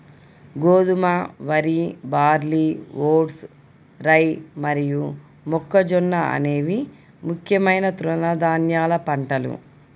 గోధుమ, వరి, barley, oats, rye మరియు మొక్కజొన్న అనేవి ముఖ్యమైన తృణధాన్యాల పంటలు